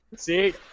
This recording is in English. See